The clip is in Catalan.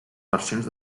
versions